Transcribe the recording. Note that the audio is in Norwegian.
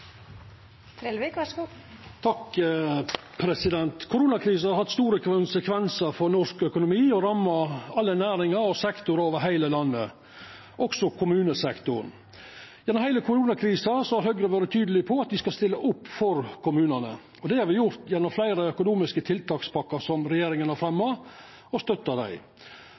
alle næringar og sektorar over heile landet, også kommunesektoren. Gjennom heile koronakrisa har Høgre vore tydeleg på at me skal stilla opp for kommunane. Det har me gjort gjennom fleire økonomiske tiltakspakkar som regjeringa har fremja, og har støtta dei.